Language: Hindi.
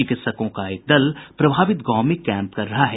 चिकित्सकों का एक दल प्रभावित गांव में कैम्प कर रहा है